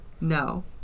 No